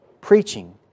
preaching